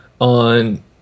on